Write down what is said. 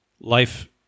life